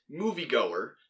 moviegoer